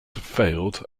failed